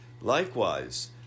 Likewise